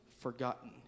forgotten